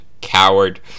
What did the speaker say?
Coward